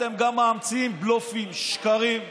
אתם גם מאמצים בלופים, שקרים.